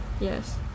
Yes